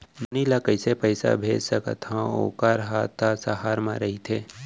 नोनी ल कइसे पइसा भेज सकथव वोकर हा त सहर म रइथे?